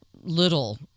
little